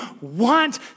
want